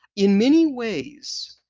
in many ways,